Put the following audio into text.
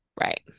right